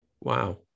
Wow